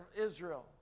Israel